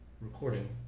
Recording